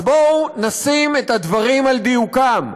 אז בואו נעמיד את הדברים על דיוקם: